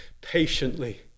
patiently